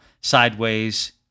sideways